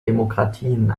demokratien